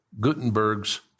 Gutenberg's